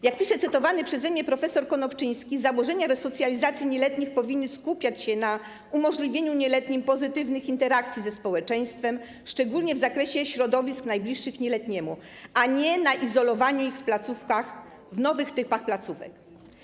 Jak pisze cytowany przeze mnie prof. Konopczyński: Zaburzenia resocjalizacji nieletnich powinny skupiać się na umożliwieniu nieletnim pozytywnych interakcji ze społeczeństwem, szczególnie w zakresie środowisk najbliższych nieletniemu, a nie na izolowaniu ich w nowych typach placówek.